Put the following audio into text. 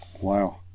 Wow